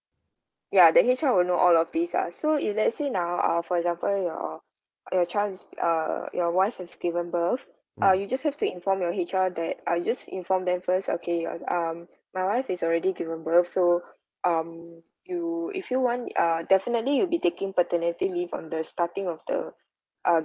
ya the H_R will know all of these ah so if let's say now uh for example your your child is uh your wife has given birth uh you just have to inform your H_R that uh you just inform them first okay your um my wife is already given birth so um you if you want uh definitely you'll be taking paternity leave on the starting of the uh